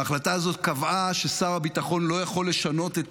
ההחלטה הזאת קבעה ששר הביטחון לא יכול לשנות את